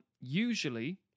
usually